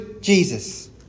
Jesus